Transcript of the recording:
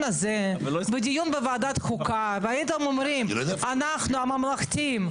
הזה ואת הדיון בוועדת חוקה והייתם אומרים: אנחנו הממלכתיים,